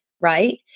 right